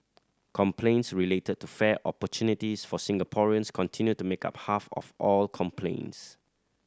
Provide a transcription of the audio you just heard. complaints related to fair opportunities for Singaporeans continue to make up half of all complaints